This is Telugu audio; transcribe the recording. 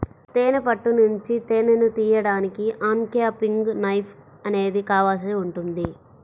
తేనె పట్టు నుంచి తేనెను తీయడానికి అన్క్యాపింగ్ నైఫ్ అనేది కావాల్సి ఉంటుంది